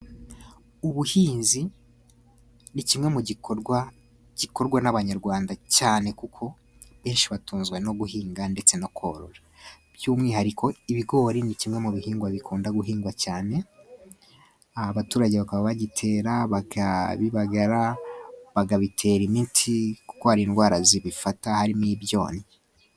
Ubuhinzi ni kimwe mu gikorwa, gikorwa n'abanyarwanda cyane, kuko benshi batunzwe no guhinga, ndetse no korora. By'umwihariko ibigori ni kimwe mu bihingwa bikunda guhingwa cyane. Aba turage bakaba bagitera bakabibagara bakabitera imiti kuko hari indwara zibifata harimo ibyonnyi.